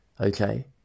Okay